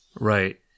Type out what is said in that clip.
Right